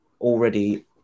already